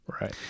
Right